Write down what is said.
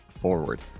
forward